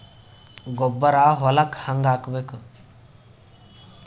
ಗೊಬ್ಬರ ಹೊಲಕ್ಕ ಹಂಗ್ ಹಾಕಬೇಕು?